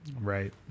Right